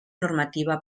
normativa